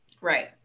Right